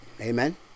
Amen